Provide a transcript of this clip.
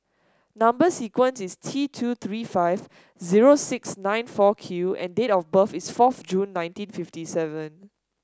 number sequence is T two three five zero six nine four Q and date of birth is fourth June nineteen fifty seven